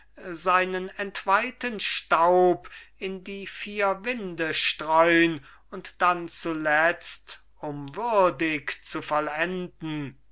seinen entweihten staub in die vier winde streun und dann zuletzt um würdig zu vollenden